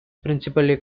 principally